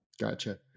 Gotcha